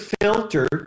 filter